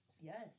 yes